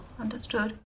Understood